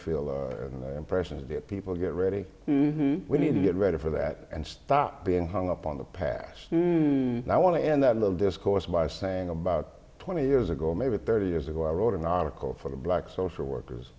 mayfield and the impressions of the people get ready we need to get ready for that and stop being hung up on the past and i want to end that little discourse by saying about twenty years ago maybe thirty years ago i wrote an article for the black social workers